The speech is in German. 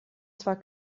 zwar